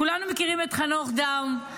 כולנו מכירים את חנוך דאום,